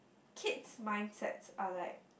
kids mindsets are like